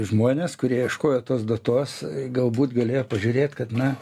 žmonės kurie ieškojo tos datos galbūt galėjo pažiūrėt kad na